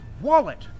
wallet